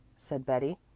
said betty.